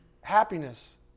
happiness